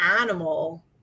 animal